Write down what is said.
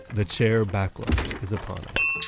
the chair backlash is upon us.